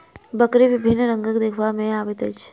बकरी विभिन्न रंगक देखबा मे अबैत अछि